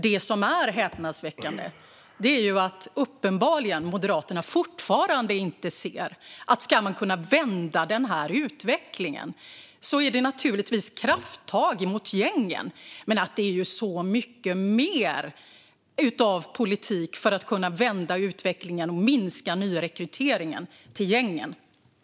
Det som är häpnadsväckande är att Moderaterna uppenbarligen fortfarande inte ser att det är mycket mer politik än krafttag mot gängen som krävs om man ska kunna vända utvecklingen och minska nyrekryteringen, även om sådana krafttag naturligtvis också behövs.